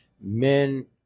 men